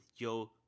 Joe